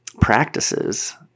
practices